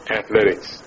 athletics